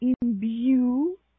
imbue